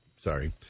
sorry